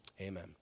Amen